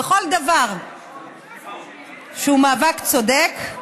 בכל דבר שהוא מאבק צודק,